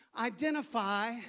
identify